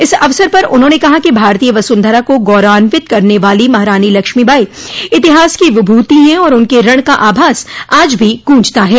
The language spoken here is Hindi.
इस अवसर पर उन्होंने कहा कि भारतीय वसुंधरा को गौरवान्वित करने वाली महारानी लक्ष्मी बाई इतिहास की विभ्ति है और उनके रण का आभास आज भी गूंजता है